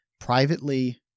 privately